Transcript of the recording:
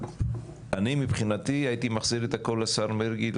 אני מבחינתי הייתי מחזיר את הכל לשר מרגי,